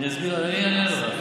אני אסביר, אני אענה.